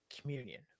communion